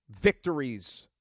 victories